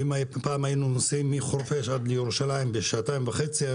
אם פעם היינו נוסעים מחורפיש לירושלים בשעתיים וחצי,